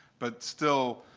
but still,